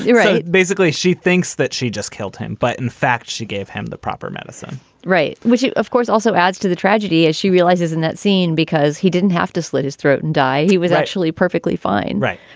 right. basically, she thinks that she just killed him. but in fact, she gave him the proper medicine right. which, of course, also adds to the tragedy as she realizes in that scene, because he didn't have to slit his throat and die. he was actually perfectly fine. right.